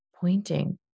pointing